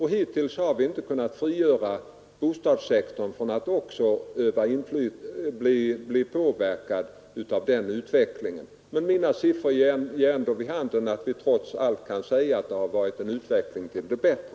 Hittills har vi inte kunnat frigöra bostadssektorn från att också bli påverkad av den utvecklingen. Men mina siffror ger ändå vid handen att vi trots allt kan säga att det i stort varit en utveckling till det bättre.